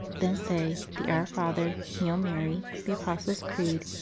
then say the our father, hail mary, the apostles' creed,